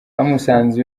bamusanze